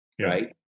right